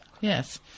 Yes